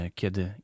kiedy